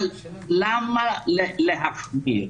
אבל למה להחמיר?